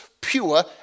pure